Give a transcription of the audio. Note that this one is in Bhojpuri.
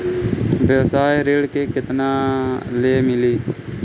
व्यवसाय ऋण केतना ले मिली?